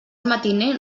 matiner